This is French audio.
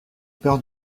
peur